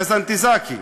קאזאנצאקיס.